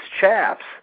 chaps